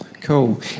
Cool